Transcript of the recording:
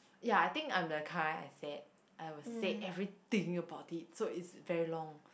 ya I think I'm the kind I said I will said everything about so it's very long